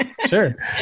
Sure